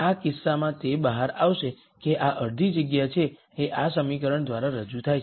આ કિસ્સામાં તે બહાર આવશે કે આ અડધી જગ્યા છે જે આ સમીકરણ દ્વારા રજૂ થાય છે